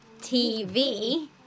TV